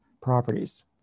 properties